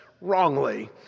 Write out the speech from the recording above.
wrongly